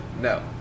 No